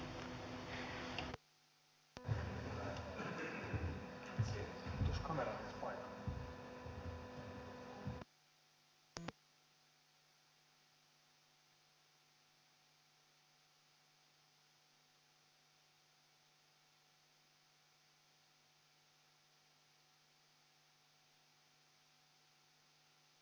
arvoisa puhemies